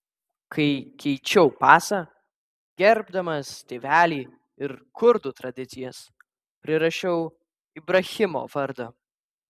kai keičiau pasą gerbdamas tėvelį ir kurdų tradicijas prirašiau ibrahimo vardą